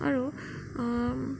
আৰু